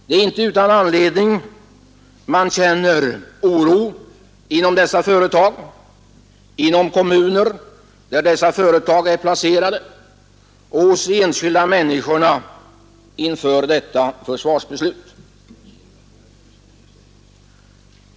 Det är inte utan anledning man inför detta försvarsbeslut känner oro inom de berörda företagen, inom kommuner där dessa företag är placerade och hos de enskilda människorna.